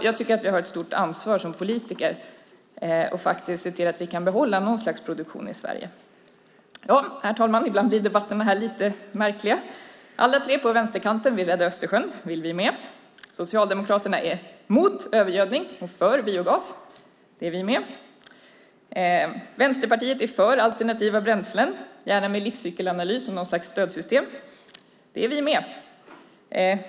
Jag tycker att vi har ett stort ansvar som politiker för att se till att vi kan behålla något slags produktion i Sverige. Herr talman! Ibland blir debatterna här lite märkliga. Alla tre på vänsterkanten vill rädda Östersjön. Det vill vi med. Socialdemokraterna är mot övergödning och för biogas. Det är vi med. Vänsterpartiet är för alternativa bränslen, gärna med livscykelanalys och något slags stödsystem. Det är vi med.